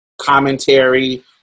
commentary